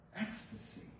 Ecstasy